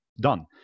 done